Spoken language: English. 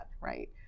right